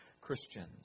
Christians